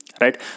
right